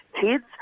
kids